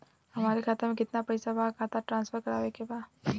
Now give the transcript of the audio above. हमारे खाता में कितना पैसा बा खाता ट्रांसफर करावे के बा?